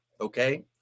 Okay